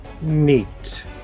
Neat